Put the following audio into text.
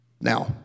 Now